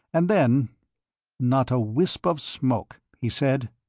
and then not a wisp of smoke, he said.